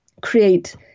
create